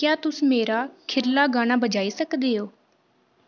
क्या तुस मेरा खीरला गाना बजाई सकदे ओ